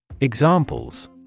Examples